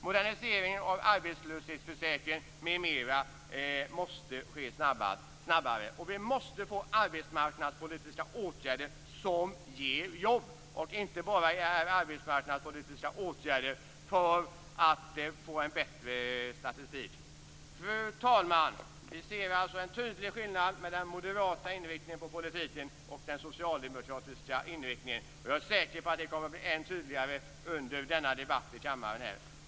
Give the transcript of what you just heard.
Moderniseringen av arbetslöshetsförsäkringen, m.m., måste ske snabbare. Vi måste få arbetsmarknadspolitiska åtgärder som ger jobb - inte arbetsmarknadspolitiska åtgärder som finns till för att ge en bättre statistik. Fru talman! Vi ser alltså en tydlig skillnad mellan den moderata inriktningen på politiken och den socialdemokratiska inriktningen. Jag är säker på att det kommer att bli än tydligare under denna debatt i kammaren.